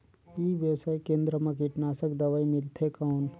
ई व्यवसाय केंद्र मा कीटनाशक दवाई मिलथे कौन?